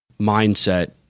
mindset